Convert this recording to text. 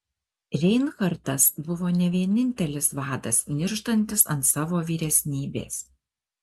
reinhartas buvo ne vienintelis vadas nirštantis ant savo vyresnybės